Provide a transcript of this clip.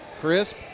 Crisp